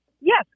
yes